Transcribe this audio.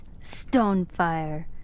Stonefire